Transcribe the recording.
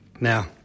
Now